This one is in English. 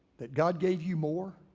that god gave you more